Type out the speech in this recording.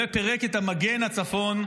ופירק את מגן הצפון,